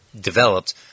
developed